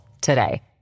today